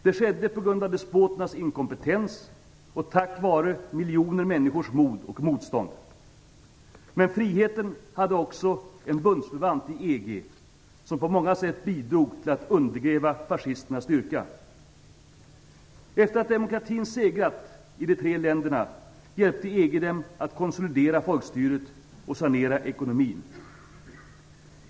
Det skedde på grund av despoternas inkompetens och tack vare miljoner människors mod och motstånd. Men friheten hade också en bundsförvant i EG som på många sätt bidrog till att undergräva fascisternas styrka. Efter det att demokratin segrat i de tre länderna hjälpte EG dem att konsolidera folkstyret och sanera ekonomin.